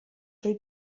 trwy